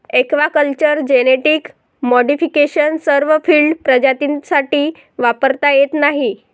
aquaculture genetic modification सर्व field प्रजातींसाठी वापरता येत नाही